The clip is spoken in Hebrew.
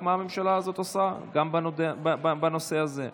מה הממשלה הזאת עושה גם בנושא הזה.